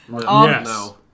Yes